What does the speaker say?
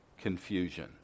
confusion